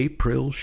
April